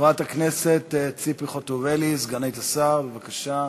חברת הכנסת ציפי חוטובלי, סגנית השר, בבקשה.